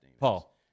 Paul